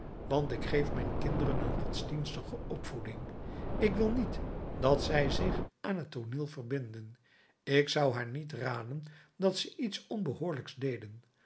want ik geef mijn kinderen een godsdienstige opvoeding ik wil niet dat zij zich aan het tooneel verbinden ik zou haar niet raden dat ze iets onbehoorlijks deden